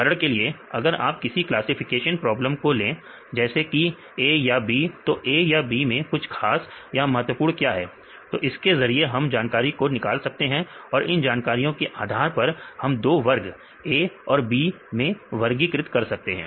उदाहरण के लिए अगर आप किसी क्लासिफिकेशन प्रॉब्लम को ले जैसे कि ए या बी तो A या B मैं कुछ खास या महत्वपूर्ण क्या है तो इसके जरिए हम जानकारी को निकाल सकते हैं और इन जानकारियों के आधार पर हम दो वर्ग A और B मैं वर्गीकृत कर सकते हैं